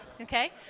okay